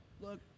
Look